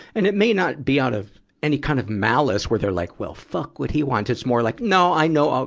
and it may not be out of any kind of malice, where they're like, well, fuck what he wants. it's more like, no, i know, ah